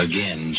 Again